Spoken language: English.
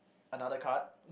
another card